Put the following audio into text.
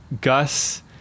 Gus